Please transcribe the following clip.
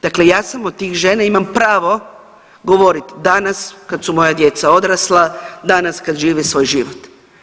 Dakle, ja sam od tih žena imam pravo govorit danas kad su moja djeca odrasla, danas kad žive svoj život.